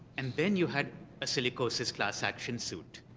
and then you had a silicosis class action suit,